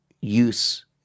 use